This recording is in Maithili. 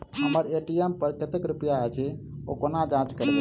हम्मर ए.टी.एम पर कतेक रुपया अछि, ओ कोना जाँच करबै?